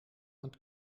und